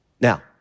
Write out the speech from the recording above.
Now